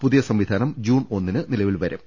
പുതിയിസംവിധാനം June ഒന്നിന് നിലവിൽ വരും